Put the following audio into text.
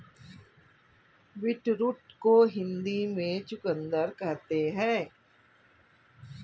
beetroot को हिंदी में चुकंदर कहते हैं